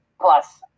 Plus